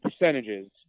percentages